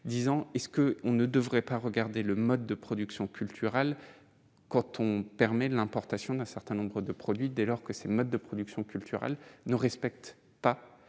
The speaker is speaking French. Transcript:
10 ans, est ce que on ne devrait pas regarder le mode de production culturelle quand on permet l'importation d'un certain nombre de produits dès lors que ces modes de production culturelle ne respecte pas